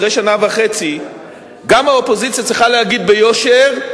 אחרי שנה וחצי גם האופוזיציה צריכה להגיד ביושר: